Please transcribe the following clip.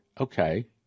Okay